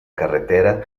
carretera